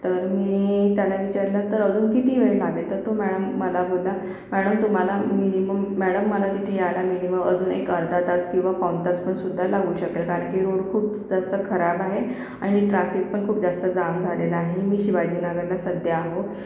तर मी त्याला विचारलं तर अजून किती वेळ लागेल तर तो मला म्हणाला मला बोलला मॅडम तुम्हाला मिनिमम मॅडम मला तिथे यायला मिनिमम अजून एक अर्धा तास किंवा पाऊण तास पण सुद्धा लागू शकेल कारण की रोड खूप जास्त खराब आहे आणि ट्राफिक पण खूप जास्त जाम झालेलं आहे मी शिवाजीनगरला सध्या आहे